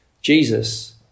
Jesus